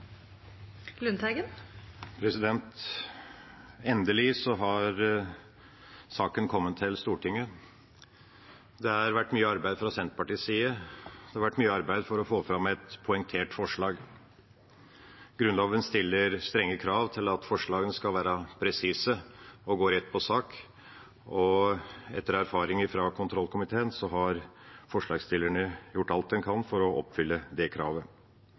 Endelig har saken kommet til Stortinget. Det har vært mye arbeid fra Senterpartiets side for å få fram et poengtert forslag. Grunnloven stiller strenge krav til at forslagene skal være presise og gå rett på sak, og etter erfaringer fra kontrollkomiteen har forslagsstillerne gjort alt de kan for å oppfylle det kravet.